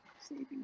saving